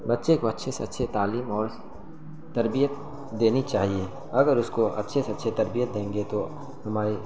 بچے کو اچھے سے اچھے تعلیم اور تربیت دینی چاہیے اگر اس کو اچھے سے اچھے تربیت دیں گے تو ہمارے